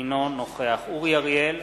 אינו נוכח אורי אריאל,